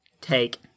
take